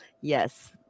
yes